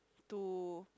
to